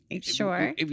sure